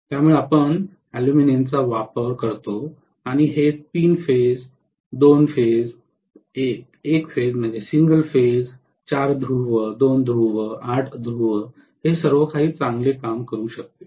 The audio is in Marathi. त्यामुळे आपण अॅल्युमिनियमचा वापर करतो आणि हे तीन फेज २ फेज सिंगल फेज ४ ध्रुव २ ध्रुव ८ ध्रुव हे सर्व काही चांगले काम करू शकते